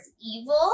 evil